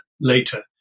later